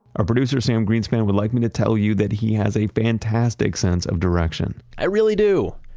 our producer sam greenspan would like me to tell you that he has a fantastic sense of direction i really do!